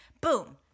Boom